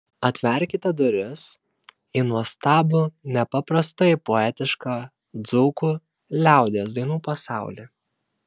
atverkite duris į nuostabų nepaprastai poetišką dzūkų liaudies dainų pasaulį